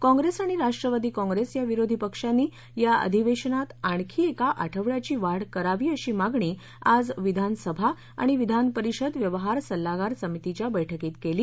काँग्रेस आणि राष्ट्रवादी काँग्रेस या विरोधी पक्षांनी या अधिवेशनात आणखी एका आठवडयाची वाढ करावी अशी मागणी आज विधानसभा आणि विधानपरिषद व्यवहार सल्लागार समितीच्या बैठकीत केली